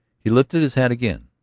he lifted his hat again,